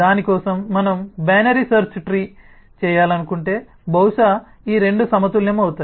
దాని కోసం మనం బైనరీ సెర్చ్ ట్రీ చేయాలనుకుంటే బహుశా ఈ రెండూ సమతుల్యమవుతాయి